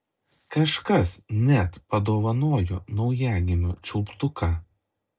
kažkas net padovanojo naujagimio čiulptuką